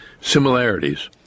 similarities